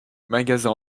magasin